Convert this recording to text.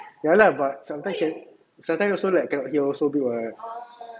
ya lah but sometimes sometimes also like cannot hear a bit [what]